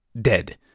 dead